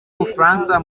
bufaransa